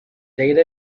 data